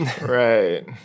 right